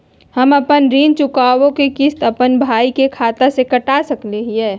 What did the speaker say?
हम अपन ऋण चुकौती के किस्त, अपन भाई के खाता से कटा सकई हियई?